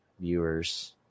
viewers